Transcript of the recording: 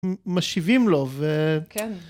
משיבים לו, ו... כן.